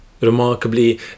Remarkably